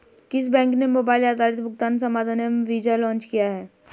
किस बैंक ने मोबाइल आधारित भुगतान समाधान एम वीज़ा लॉन्च किया है?